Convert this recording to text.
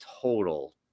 total